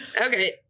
Okay